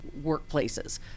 workplaces